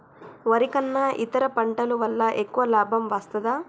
వరి కన్నా ఇతర పంటల వల్ల ఎక్కువ లాభం వస్తదా?